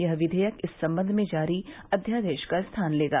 यह विधेयक इस संबंध में जारी अध्यादेश का स्थान लेगा